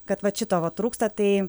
kad vat šito va trūksta tai